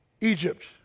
Egypt